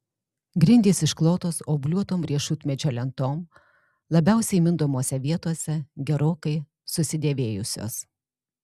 grindys išklotos obliuotom riešutmedžio lentom labiausiai mindomose vietose gerokai susidėvėjusios